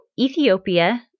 Ethiopia